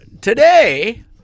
today